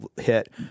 hit